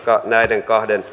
näiden